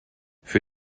für